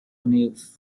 unidos